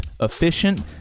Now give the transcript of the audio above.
efficient